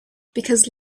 because